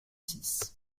six